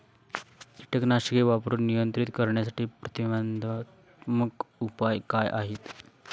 कीटकनाशके वापरून नियंत्रित करण्यासाठी प्रतिबंधात्मक उपाय काय आहेत?